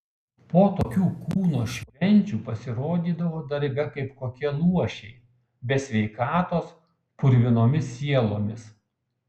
po tokių kūno švenčių pasirodydavo darbe kaip kokie luošiai be sveikatos purvinomis sielomis